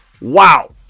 Wow